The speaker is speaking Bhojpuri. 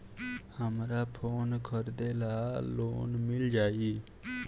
हमरा फोन खरीदे ला लोन मिल जायी?